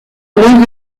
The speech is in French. moindre